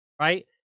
right